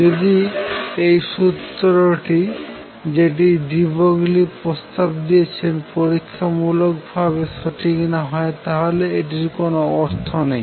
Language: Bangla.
যদি এই সুত্রটি যেটি ডি ব্রগলি প্রস্তাব দিয়েছেন পরিখামুলক ভাবে সঠিক না হয় তাহলে এটির কোনো অর্থ নেই